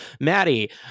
Maddie